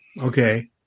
Okay